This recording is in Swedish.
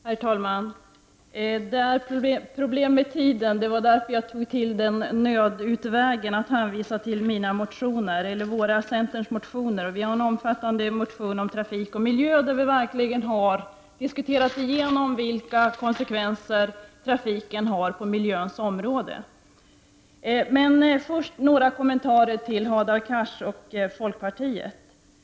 Herr talman! Jag hade problem med tiden. Det var därför jag tog till nödutvägen att hänvisa till centerns motioner. Vi har en omfattande motion om trafik och miljö, där vi verkligen har diskuterat igenom vilka konsekvenser trafiken har på miljöområdet. Men först vill jag vända mig till Hadar Cars och folkpartiet med några kommentarer.